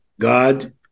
God